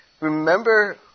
remember